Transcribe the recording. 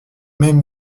même